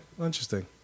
Interesting